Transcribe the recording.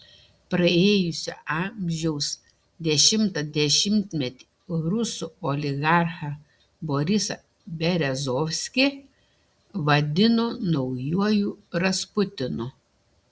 praėjusio amžiaus dešimtą dešimtmetį rusų oligarchą borisą berezovskį vadino naujuoju rasputinu